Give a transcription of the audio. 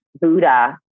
Buddha